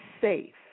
safe